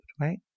right